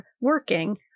working